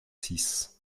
six